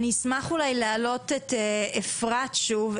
אני אשמח אולי להעלות את אפרת שוב.